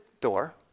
door